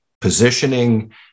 positioning